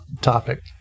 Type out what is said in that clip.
topic